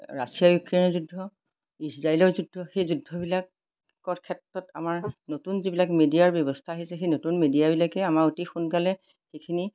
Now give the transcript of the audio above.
Russia ইউক্ৰেইনৰ যুদ্ধ ইজৰাইলৰ যুদ্ধ সেই যুদ্ধবিলাকৰ ক্ষেত্ৰত আমাৰ নতুন যিবিলাক মিডিয়াৰ ব্যৱস্থা আহিছে সেই নতুন মিডিয়াবিলাকে আমাৰ অতি সোনকালে সেইখিনি